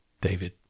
David